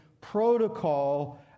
protocol